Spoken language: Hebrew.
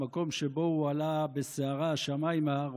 במקום שבו הוא עלה בסערה השמיימה,